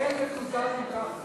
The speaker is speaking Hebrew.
לסעיף 42,